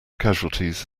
casualties